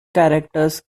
characters